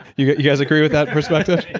you you guys agree with that perspective?